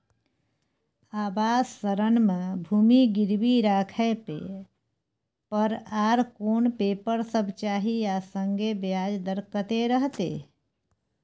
आवास ऋण म भूमि गिरवी राखै पर आर कोन पेपर सब चाही आ संगे ब्याज दर कत्ते रहते?